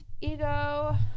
ego